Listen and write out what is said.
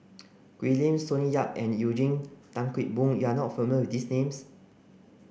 Ken Lim Sonny Yap and Eugene Tan Kheng Boon you are not familiar these names